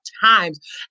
times